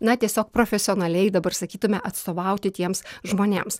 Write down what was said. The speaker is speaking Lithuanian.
na tiesiog profesionaliai dabar sakytume atstovauti tiems žmonėms